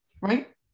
right